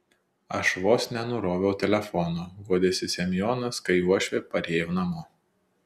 aš vos nenuroviau telefono guodėsi semionas kai uošvė parėjo namo